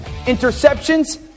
Interceptions